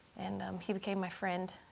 and he became my friend